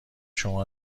شما